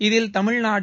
இதில் தமிழ்நாடு